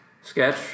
sketch